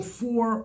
four